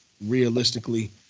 realistically